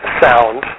sound